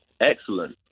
excellent